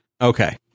Okay